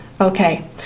Okay